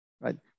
right